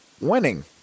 winning